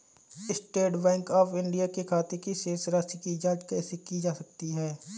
State bank of India के खाते की शेष राशि की जॉंच कैसे की जा सकती है?